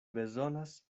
bezonas